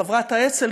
חברת האצ"ל,